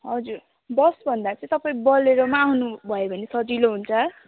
हजुर बसभन्दा चाहिँ तपाईँ बलेरोमा आउनु भयो भने सजिलो हुन्छ